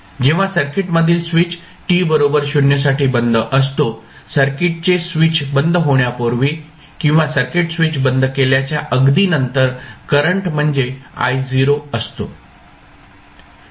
जेव्हा सर्किट मधील switch t बरोबर 0 साठी बंद असतो सर्किटचे स्विच बंद होण्यापूर्वी किंवा सर्किट स्विच बंद केल्याच्या अगदी नंतर करंट म्हणजे I0 असतो